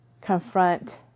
confront